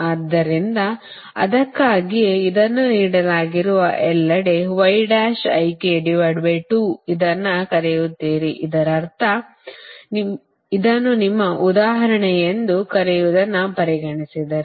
ಆದ್ದರಿಂದ ಅದಕ್ಕಾಗಿಯೇ ಇದನ್ನು ನೀಡಲಾಗಿರುವ ಎಲ್ಲೆಡೆ ಇದನ್ನು ಕರೆಯುತ್ತೀರಿ ಇದರರ್ಥ ಇದನ್ನು ನಿಮ್ಮ ಉದಾಹರಣೆಯೆಂದು ಕರೆಯುವುದನ್ನು ಪರಿಗಣಿಸಿದರೆ